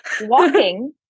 Walking